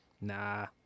Nah